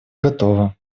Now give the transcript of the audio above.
готова